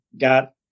got